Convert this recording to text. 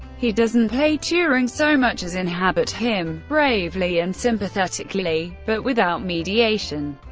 he doesn't play turing so much as inhabit him, bravely and sympathetically, but without mediation.